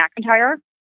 McIntyre